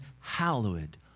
hallowed